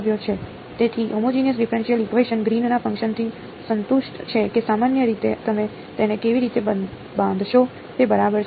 તેથી homogeneous differential equation ગ્રીનના function થી સંતુષ્ટ છે કે સામાન્ય રીતે તમે તેને કેવી રીતે બાંધશો તે બરાબર છે